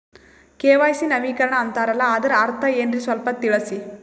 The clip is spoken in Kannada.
ಕೆ.ವೈ.ಸಿ ನವೀಕರಣ ಅಂತಾರಲ್ಲ ಅದರ ಅರ್ಥ ಏನ್ರಿ ಸ್ವಲ್ಪ ತಿಳಸಿ?